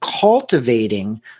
cultivating